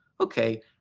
okay